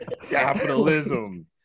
capitalism